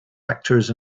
actors